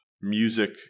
Music